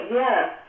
yes